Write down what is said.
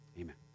Amen